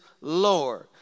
Lord